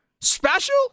Special